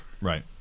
Right